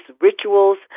rituals